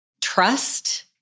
trust